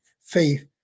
faith